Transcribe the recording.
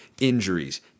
injuries